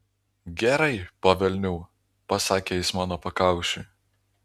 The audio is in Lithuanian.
gerai po velnių pasakė jis mano pakaušiui